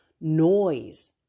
Noise